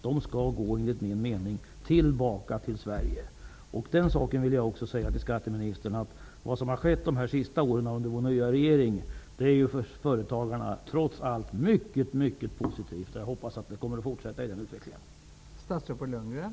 De skall enligt min mening gå tillbaka till Sverige. Låt mig säga till skatteministern att det som har skett de senaste åren under den nya regeringen har trots allt varit mycket positivt för företagarna. Jag hoppas att den utvecklingen kommer att fortsätta.